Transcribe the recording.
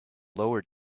lower